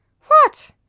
What